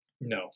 no